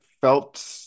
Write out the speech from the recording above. felt